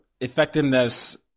effectiveness